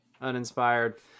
uninspired